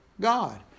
God